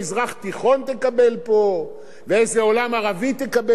עולם ערבי תקבל בכלל ואיזה עולם תקבל בכלל,